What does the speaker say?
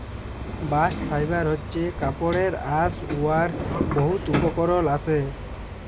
bast fibre হছে কাপড়ের আঁশ উয়ার বহুত উপকরল আসে